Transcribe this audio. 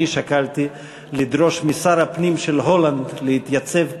אני שקלתי לדרוש משר הפנים של הולנד להתייצב כאן,